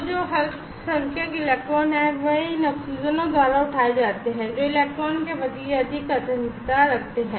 तो जो अल्पसंख्यक इलेक्ट्रॉन हैं वे उन ऑक्सीजन द्वारा उठाए जाते हैं जो इलेक्ट्रॉन के प्रति अधिक आत्मीयता रखते हैं